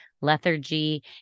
lethargy